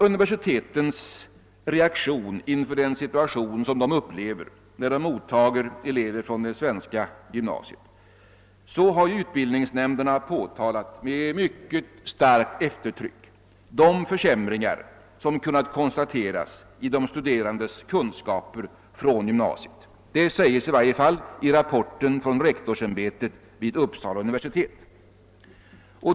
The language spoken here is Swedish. Universitetens reaktion inför den situation som de upplever när de tar emot elever från gymnasiet framgår av att utbildningsnämnderna med mycket starkt eftertryck påtalat de försämringar som kunnat konstateras i de studerandes kunskaper från gymnasiet. Det sägs i varje fall i rapporten från rektorsämbetet vid Uppsala universitet.